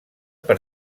per